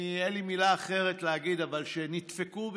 אין לי מילה אחרת להגיד, שנדפקו מכך,